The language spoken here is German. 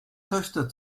töchter